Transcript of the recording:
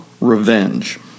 Revenge